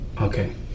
Okay